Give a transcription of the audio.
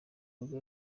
nibwo